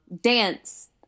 dance